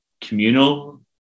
communal